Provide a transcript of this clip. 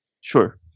Sure